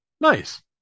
Nice